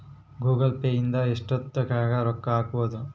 Google Pay ಇಂದ ಎಷ್ಟೋತ್ತಗನ ರೊಕ್ಕ ಹಕ್ಬೊದು